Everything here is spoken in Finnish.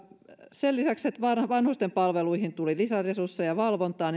sen lisäksi että vanhusten palveluihin tuli lisäresursseja valvontaan